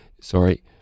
sorry